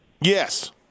Yes